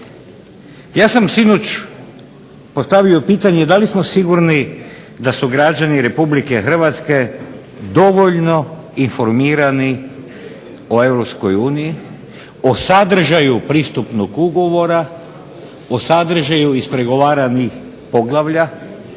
Ja sam sinoć postavio pitanje da li smo sigurni da su građani RH dovoljno informirani o EU, o sadržaju pristupnog ugovora, o sadržaju ispregovaranih poglavlja,